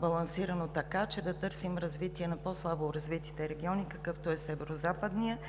балансирано, така че да търсим развитие на по-слабо развитите региони, какъвто е Северозападният.